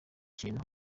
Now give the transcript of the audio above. kintu